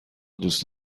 دوست